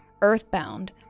earthbound